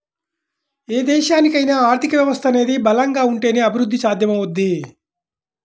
ఏ దేశానికైనా ఆర్థిక వ్యవస్థ అనేది బలంగా ఉంటేనే అభిరుద్ధి సాధ్యమవుద్ది